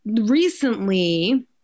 recently